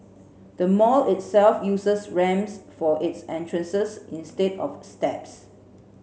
the mall itself uses ramps for its entrances instead of steps